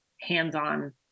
hands-on